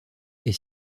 est